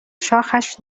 شاخش